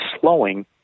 slowing